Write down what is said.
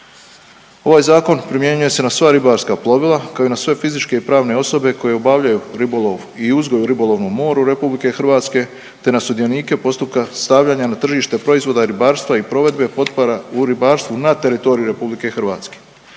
Ovaj Zakon primjenjuje se na sva ribarska plovila, kao i na sve fizičke i pravne osobe koje obavljaju ribolov i uzgoj u ribolovnom moru RH te na sudionike postupka stavljanja na tržište proizvoda ribarstva i provedbe potpora u ribarstvu na teritoriju RH. Također, zakon